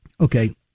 okay